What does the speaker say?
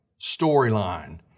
storyline